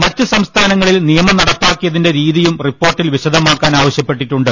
മറ്റ് സംസ്ഥാനങ്ങളിൽ നിയമം നടപ്പാക്കിയതിന്റെ രീതിയും റിപ്പോർട്ടിൽ വിശദമാക്കാൻ ആവ ശൃപ്പെട്ടിട്ടുണ്ട്